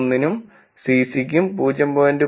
001 നും സിസിക്കും 0